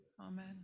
amen